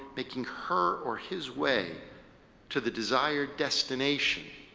making her or his way to the desired destination.